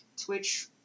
twitch